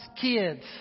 kids